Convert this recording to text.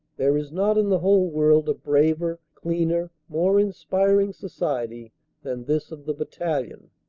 there is not in the whole world a braver, cleaner, more inspiring society than this of the battalion.